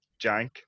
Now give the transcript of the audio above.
jank